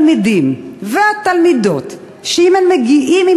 התלמידים והתלמידות יודעים שאם הם מגיעים עם